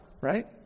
Right